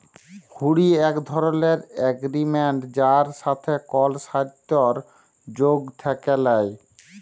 হুঁড়ি এক ধরলের এগরিমেনট যার সাথে কল সরতর্ যোগ থ্যাকে ল্যায়